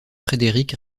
frédéric